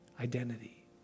identity